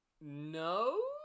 No